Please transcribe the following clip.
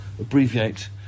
abbreviate